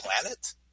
planet